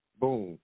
Boom